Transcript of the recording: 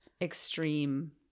extreme